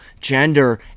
gender